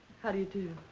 how do you do?